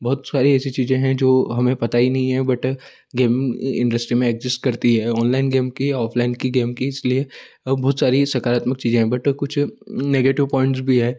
बहुत सारी ऐसी चीज़ें हैं जो हमें पता ही नहीं हैं बट गेमिंग इंडस्ट्री में एग्जिस्ट करती है ऑनलाइन गेम की या ऑफ़लाइन की गेम की इसलिए बहुत सारी सकारात्मक चीज़ें हैं बट कुछ नेगेटिव पॉइंट्स भी है